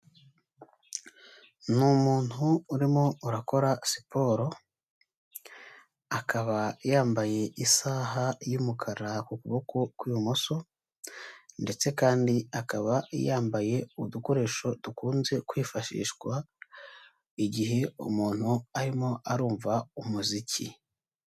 Ni umuntu urimo urakora siporo, akaba yambaye isaha y'umukara ku kuboko kw'ibumoso, ndetse kandi akaba yambaye udukoresho dukunze kwifashishwa igihe umuntu arimo arumva umuziki.